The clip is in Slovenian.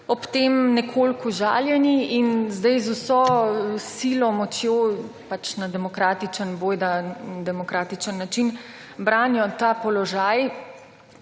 ob tem nekoliko užaljeni. In zdaj z vso silo, močjo pač na demokratičen, bojda demokratičen način branijo ta položaj,